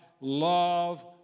love